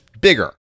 bigger